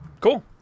Cool